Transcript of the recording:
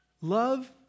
love